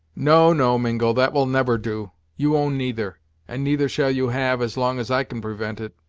no, no, mingo, that will never do. you own neither and neither shall you have, as long as i can prevent it.